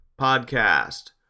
podcast